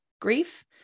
grief